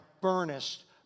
burnished